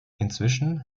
inzwischen